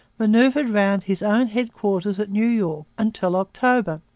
manoeuvred round his own headquarters at new york until october,